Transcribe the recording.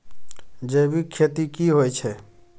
जैविक खेती की होए छै?